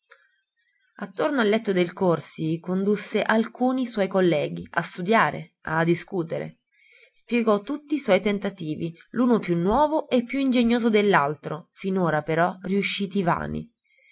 attorno al letto del corsi condusse alcuni suoi colleghi a studiare a discutere spiegò tutti i suoi tentativi l'uno più nuovo e più ingegnoso dell'altro finora però riusciti vani